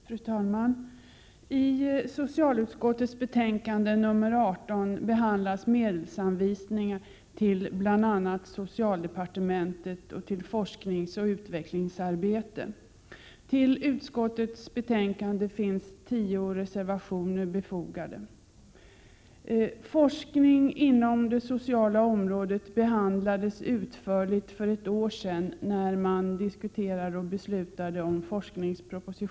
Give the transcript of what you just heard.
Fru talman! I socialutskottets betänkande nr 18 behandlas medelsanvisningar till bl.a. socialdepartementet och till forskningsoch utvecklingsarbete. Till utskottets betänkande finns tio reservationer fogade. Forskning inom det sociala området behandlades utförligt för ett år sedan, när forskningspropositionen diskuterades och antogs.